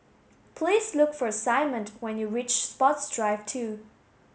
please look for Simone when you reach Sports Drive two